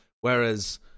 Whereas